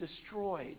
Destroyed